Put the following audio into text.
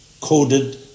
coded